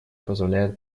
позволяет